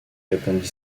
répondit